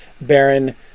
Baron